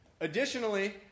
Additionally